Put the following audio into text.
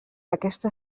aquesta